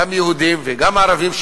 גם יהודים וגם ערבים,